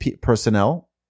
personnel